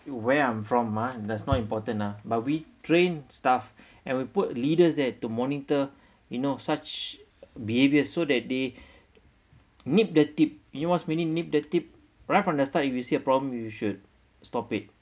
where I'm from ah that's not important ah but we train staff and we put leaders there to monitor you know such behaviour so that they nib the tip you know what's the meaning nib the tip right from the start you see a problem you should stop it